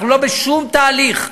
אנחנו לא בשום תהליך.